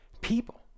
people